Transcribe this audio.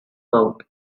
mouth